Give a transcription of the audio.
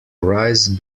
rice